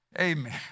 Amen